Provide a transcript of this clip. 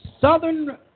southern